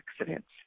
accidents